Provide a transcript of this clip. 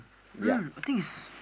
um I think is